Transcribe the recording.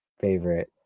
favorite